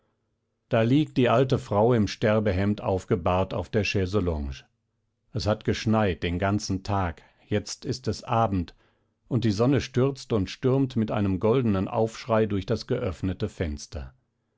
da liegt die alte frau im sterbehemd aufgebahrt auf der chaiselongue es hat geschneit den ganzen tag jetzt ist es abend und die sonne stürzt und stürmt mit einem goldenen aufschrei durch das geöffnete fenster